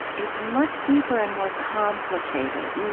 it's much deeper and more complicated.